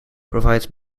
provides